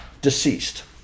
Deceased